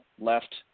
left